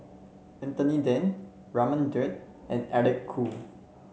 Anthony Then Raman Daud and Eric Khoo